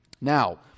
Now